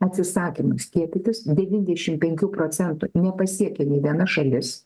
atsisakėme skiepytis devyniasdešimt penkių procentų nepasiekė nė viena šalis